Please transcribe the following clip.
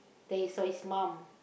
then he saw his mum